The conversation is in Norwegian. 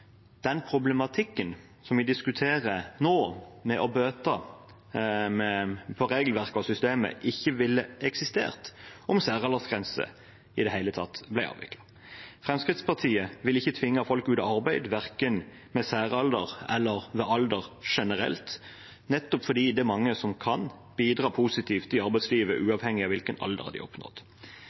den problematikken vi diskuterer nå, om å bøte på regelverk og system, ikke ville ha eksistert om særaldersgrense i det hele tatt ble avviklet. Fremskrittspartiet vil ikke tvinge folk ut av arbeid, verken ved særalder eller ved alder generelt, nettopp fordi det er mange som kan bidra positivt i arbeidslivet uavhengig av hvilken alder de har oppnådd.